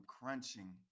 crunching